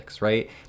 right